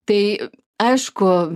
tai aišku